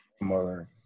mother